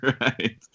right